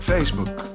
Facebook